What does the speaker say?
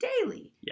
daily